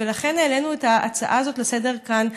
ולכן העלינו את ההצעה הזאת לסדר-היום כאן,